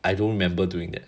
I don't remember doing that